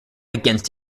against